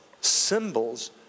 symbols